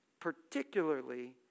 particularly